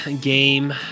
game